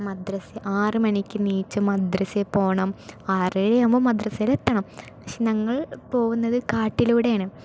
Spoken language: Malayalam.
മദ്രസ്സ ആറ് മണിക്ക് എണീച്ച് മദ്രസ്സയിൽ പോകണം ആറര ആകുമ്പോൾ മദ്രസ്സയിൽ എത്തണം പക്ഷെ ഞങ്ങൾ പോകുന്നത് കാട്ടിലൂടെയാണ്